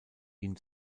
ihn